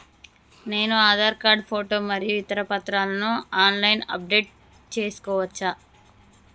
నేను Aadhaar card photo మరియు ఇతర పత్రాలను ఆన్ లైన్ అప్ డెట్ చేసుకోవచ్చా?